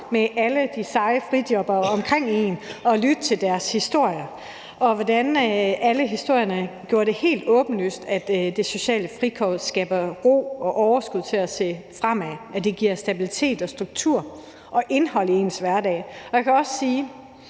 med alle de seje frijobbere omkring sig og lytte til deres historier. Og alle historierne gjorde det helt åbenlyst, at det sociale frikort skaber ro og overskud til at se fremad, at det giver stabilitet og struktur og indhold i ens hverdag. Jeg kan også sige,